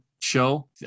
show